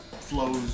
flows